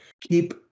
keep